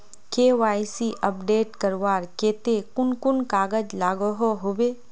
KYC update करवार केते कुन कुन कागज लागोहो होबे?